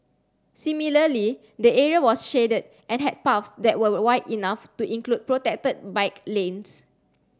similarly the area was shaded and had paths that were wide enough to include protected bike lanes